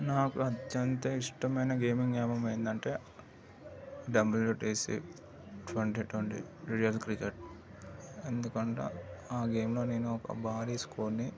నాకు అత్యంత ఇష్టమైన గేమింగ్ జ్ఞాపకం ఏంటంటే WTC twenty twenty real cricket ఎందుకంటే ఆ గేమ్లో నేను ఒక భారీ స్కోర్ని